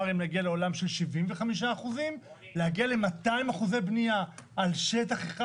אם נגיע לעולם של 75%. להגיע ל 200% בנייה על שטח אחד?